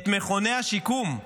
את מכוני השיקום.